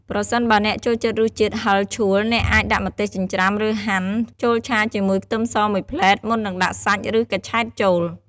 ប្រសិនបើអ្នកចូលចិត្តរសជាតិហឹរឆួល អ្នកអាច ដាក់ម្ទេសចិញ្ច្រាំ ឬហាន់ ចូលឆាជាមួយខ្ទឹមសមួយភ្លែត មុននឹងដាក់សាច់ ឬកញ្ឆែតចូល។